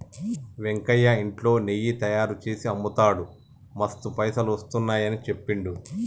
వెంకయ్య ఇంట్లో నెయ్యి తయారుచేసి అమ్ముతాడు మస్తు పైసలు వస్తున్నాయని చెప్పిండు